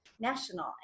national